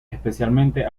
especialmente